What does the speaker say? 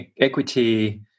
equity